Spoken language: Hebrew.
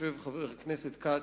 חבר הכנסת כץ,